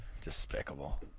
Despicable